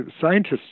scientists